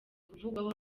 kuvugwaho